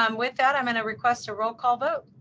um with that i'm going request a roll call vote.